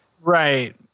Right